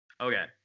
Okay